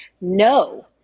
no